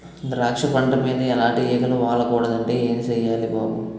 ద్రాక్ష పంట మీద ఎలాటి ఈగలు వాలకూడదంటే ఏం సెయ్యాలి బాబూ?